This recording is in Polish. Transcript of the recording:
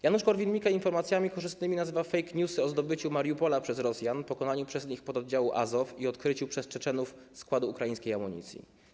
Janusz Korwin-Mikke informacjami korzystnymi nazywa fake newsy o zdobyciu Mariupola przez Rosjan, pokonaniu przez nich pododdziału Azow i odkryciu przez Czeczenów składu ukraińskiej amunicji.